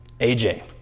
AJ